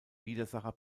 widersacher